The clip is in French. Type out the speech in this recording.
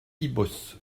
ibos